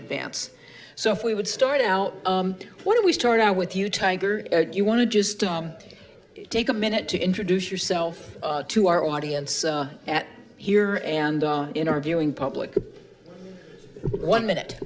advance so if we would start out what do we start out with you tiger you want to just take a minute to introduce yourself to our audience at here and in our viewing public one minute